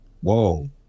Whoa